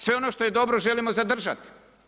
Sve ono što je dobro želimo zadržati.